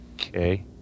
Okay